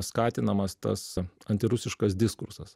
skatinamas tas antirusiškas diskursas